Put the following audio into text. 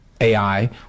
AI